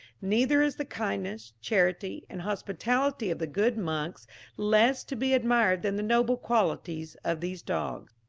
neither is the kindness, charity, and hospitality of the good monks less to be admired than the noble qualities of these dogs.